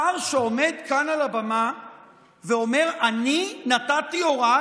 שר שעומד כאן על הבמה ואומר: אני נתתי הוראה